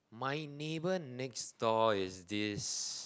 my neighbor next door is this